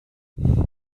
but